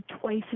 twice